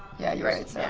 yeah, you're right,